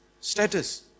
Status